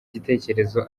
gitekerezo